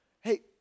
hey